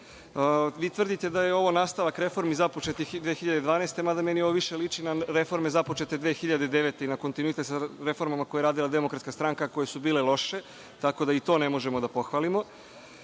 tvrdite da je ovo nastavak reformi započetih 2012. godinine, mada meni ovo više liči na reforme započete 2009. godine i na kontinuitet sa reformama koje je radila DS, koje su bile loše, tako da i to ne možemo da pohvalimo.